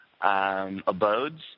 abodes